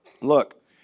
look